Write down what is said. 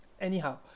anyhow